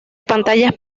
pantallas